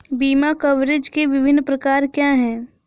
बीमा कवरेज के विभिन्न प्रकार क्या हैं?